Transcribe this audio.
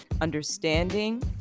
understanding